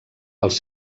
els